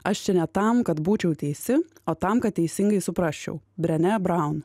aš čia ne tam kad būčiau teisi o tam kad teisingai suprasčiau brenė braun